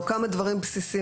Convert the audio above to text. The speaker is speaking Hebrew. או כמה דברים בסיסיים,